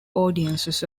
audiences